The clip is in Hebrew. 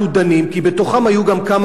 כי בתוכם היו גם כמה עיתונאים,